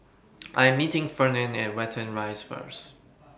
I Am meeting Fernand At Watten Rise First